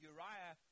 Uriah